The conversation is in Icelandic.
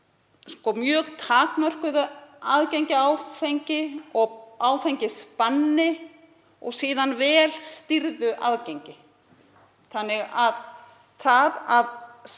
af mjög takmörkuðu aðgengi að áfengi og áfengisbanni og síðan vel stýrðu aðgengi. Þannig að það að